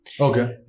Okay